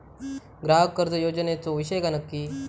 ग्राहक कर्ज योजनेचो विषय काय नक्की?